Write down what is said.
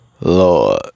Lord